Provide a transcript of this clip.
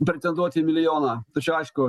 pretenduoti į milijoną tačiau aišku